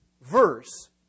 verse